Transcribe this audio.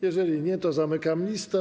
Jeżeli nie, to zamykam listę.